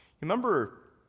Remember